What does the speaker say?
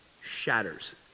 shatters